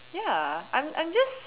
ya I'm I'm just